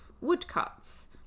woodcuts